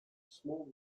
small